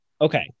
Okay